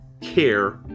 care